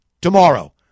tomorrow –